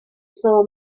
saw